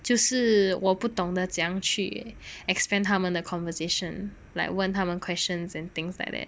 就是我不懂得怎样去 expand 他们的 conversation like 问他们 questions and things like that